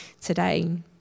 today